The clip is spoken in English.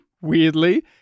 weirdly